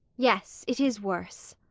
yes, it is worse.